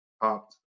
popped